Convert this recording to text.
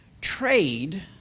trade